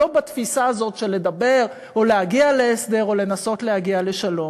לא בתפיסה הזאת של לדבר או להגיע להסדר או לנסות להגיע לשלום.